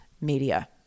media